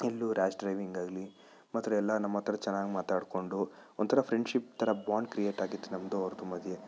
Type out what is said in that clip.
ಎಲ್ಲೂ rash driving ಆಗಲಿ ಮಾತ್ರ ಎಲ್ಲ ನಮ್ಮ ಹತ್ರ ಚೆನ್ನಾಗಿ ಮಾತಾಡಿಕೊಂಡು ಒಂಥರ ಫ್ರೆಂಡ್ಶಿಪ್ ಥರ ಬಾಂಡ್ ಕ್ರಿಯೇಟ್ ಆಗಿತ್ತು ನಮ್ಮದು ಅವ್ರ ಮಧ್ಯೆ